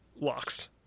locks